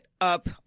up